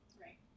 right